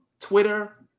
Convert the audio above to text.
Twitter